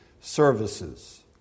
services